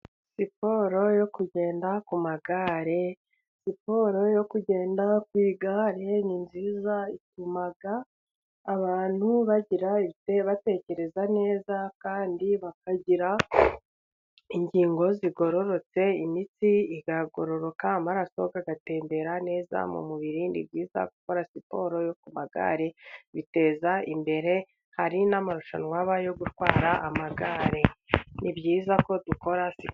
Siporo yo kugenda ku magare, siporo yo kugenda ku igare ni nziza ituma abantu batekereza neza, kandi bakagira ingingo zigororotse imitsi ikagororoka, amaraso agatembera neza mu mubiri. Ni byiza gukora siporo yo ku magare biteza imbere, hari n'amarushanwa aba yo gutwara amagare ni byiza ko dukora si.....